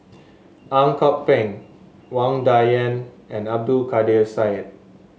Ang Kok Peng Wang Dayuan and Abdul Kadir Syed